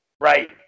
Right